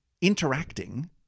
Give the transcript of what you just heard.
interacting